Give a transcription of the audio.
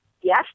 yes